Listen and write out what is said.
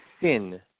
sin